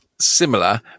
similar